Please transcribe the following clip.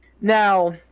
Now